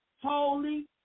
holy